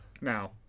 now